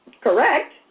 correct